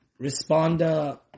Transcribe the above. Responda